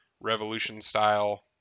Revolution-style